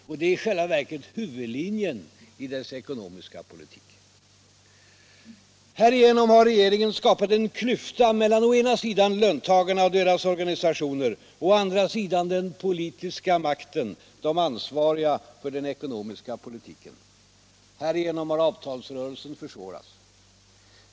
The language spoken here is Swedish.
Och det är i själva verket huvudlinjen i regeringens ekonomiska politik. Härigenom har regeringen skapat en klyfta mellan å ena sidan löntagarna och deras organisationer och å andra sidan den politiska makten, de för den ekonomiska politiken ansvariga. På det sättet har avtalsrörelsen försvårats.